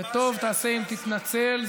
וטוב תעשה אם תתנצל,